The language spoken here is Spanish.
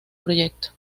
proyecto